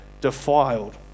defiled